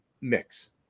mix